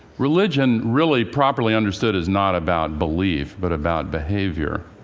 religion really properly understood is not about belief, but about behavior.